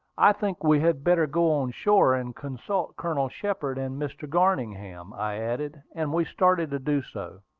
i think we had better go on shore and consult colonel shepard and mr. garningham, i added and we started to do so.